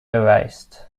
erased